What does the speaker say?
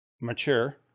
Mature